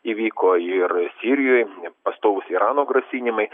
įvyko ir sirijoje pastovūs irano grasinimai